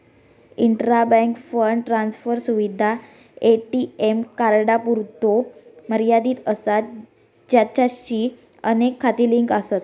intra bank fund transfer सुविधा ATM कार्डांपुरतो मर्यादित असा ज्याचाशी अनेक खाती लिंक आसत